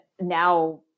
now